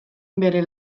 bere